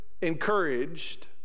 encouraged